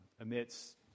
amidst